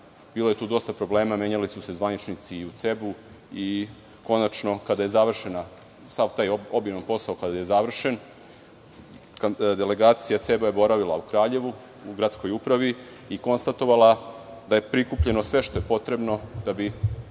Bilo je tu dosta problema. Menjali su se zvaničnici i u CEB. Konačno, kada je završen sav taj obiman posao, delegacija CEB je boravila u Kraljevu, u gradskoj upravi i konstatovala da je prikupljeno sve što je potrebno da bi